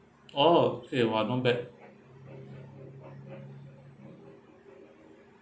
oh okay !wah! not bad